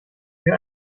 für